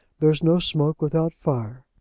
there is no smoke without fire.